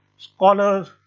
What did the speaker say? scholars,